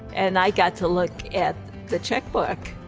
and i got to look at the checkbook.